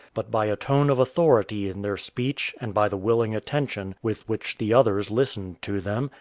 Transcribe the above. but by a tone of authority in their speech and by the willing attention with which the others listened to them,